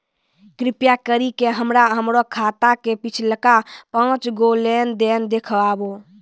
कृपा करि के हमरा हमरो खाता के पिछलका पांच गो लेन देन देखाबो